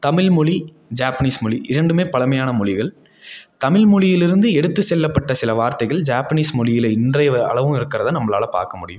தமிழ் மொழி ஜாப்பனீஸ் மொழி இரண்டுமே பழமையான மொழிகள் தமிழ் மொழியிலிருந்து எடுத்து செல்லப்பட்ட சில வார்த்தைகள் ஜாப்பனீஸ் மொழியில இன்றைய அளவும் இருக்கிறத நம்பளால் பார்க்க முடியும்